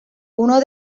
uno